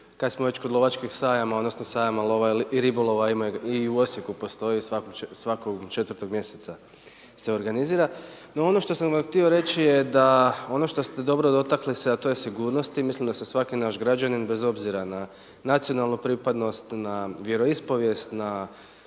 Kad smo već kod lovačkih sajama, odnosno sajama lova i ribolova ima i u Osijeku postoji svakog četvrtog mjeseca se organizira. No, ono što sam vam htio reći je da ono što ste dobro dotakli, a to je sigurnosti. Mislim da se svaki naš građanin bez obzira na nacionalnu pripadnost, na vjeroispovijest,